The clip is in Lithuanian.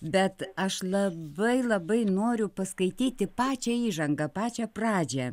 bet aš labai labai noriu paskaityti pačią įžangą pačią pradžią